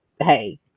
hey